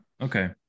okay